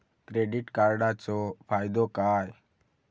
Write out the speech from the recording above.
Credit कार्डाचो फायदो काय?